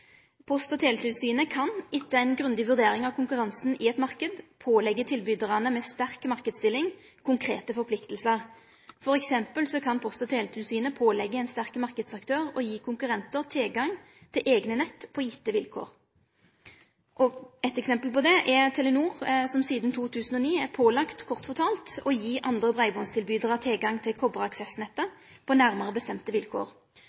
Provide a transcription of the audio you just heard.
Post- og teletilsynet kan, etter ei grundig vurdering av konkurransen i ein marknad, pålegge tilbydarane med sterk marknadsstilling konkrete forpliktingar. Til dømes kan Post- og teletilsynet pålegge ein sterk marknadsaktør å gje konkurrentar tilgang til eigne nett på gjeve vilkår. Eit eksempel på det er Telenor, som sidan 2009 er pålagt – kort fortalt – å gi andre breibandstilbydarar tilgang til koparaksessnettet på nærmare bestemte vilkår.